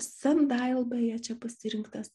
sandail beje čia pasirinktas